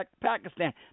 Pakistan